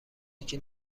یکی